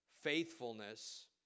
faithfulness